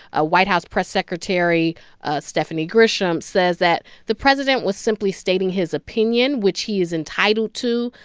ah white house press secretary stephanie grisham says that the president was simply stating his opinion, which he is entitled to.